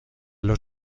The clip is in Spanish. los